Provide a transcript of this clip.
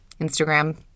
Instagram